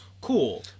cool